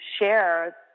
share